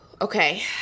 Okay